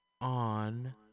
on